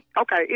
Okay